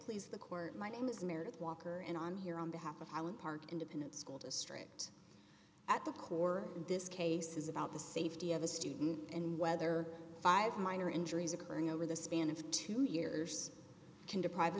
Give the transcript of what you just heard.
please the court my name is meredith walker and on here on behalf of highland park independent school district at the core of this case is about the safety of a student and whether five minor injuries occurring over the span of two years can deprive